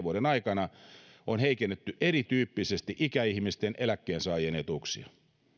vuoden aikana on heikennetty erityyppisesti ikäihmisten eläkkeensaajien etuuksia